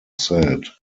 said